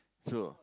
so